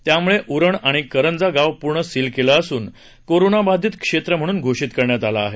त्यामुळे उरण आणि करंजा गाव पूर्ण सील केले असून कोरोनाबाधीत क्षेत्र म्हणून घोषित करण्यात आले आहे